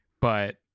but-